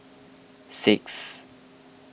six